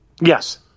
Yes